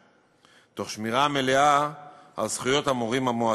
תוך שמירה מלאה על זכויות המורים המועסקים.